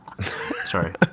Sorry